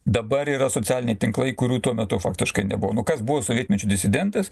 dabar yra socialiniai tinklai kurių tuo metu faktiškai nebuvo nu kas buvo sovietmečiu disidentas